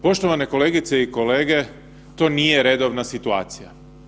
Poštovane kolegice i kolege to nije redovna situacija.